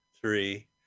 three